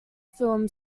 film